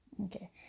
Okay